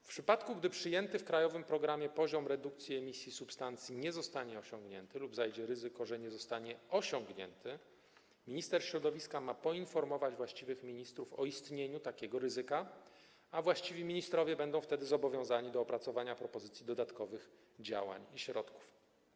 W przypadku gdy przyjęty w krajowym programie poziom redukcji emisji substancji nie zostanie osiągnięty lub zajdzie ryzyko, że nie zostanie osiągnięty, minister środowiska ma poinformować właściwych ministrów o istnieniu takiego ryzyka, a właściwi ministrowie będą wtedy zobowiązani do opracowania propozycji dodatkowych działań i środków.